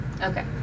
Okay